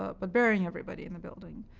ah but burying everybody in the building.